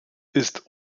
ist